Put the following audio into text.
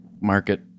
market